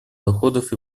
доходов